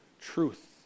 truth